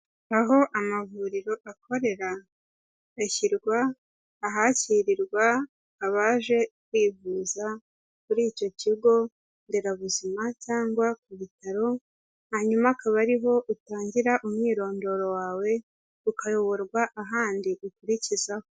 Aho amavuriro akorera, hashyirwa ahakirirwa abaje kwivuza kuri icyo kigonderabuzima, cyangwa ku bitaro, hanyuma akaba ariho utangira umwirondoro wawe, ukayoborwa ahandi ukurikizaho.